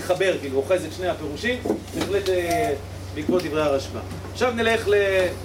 נחבר, כאילו, אוחזת שני הפירושים, בהחלט בעקבות דברי הרשב"ם. עכשיו נלך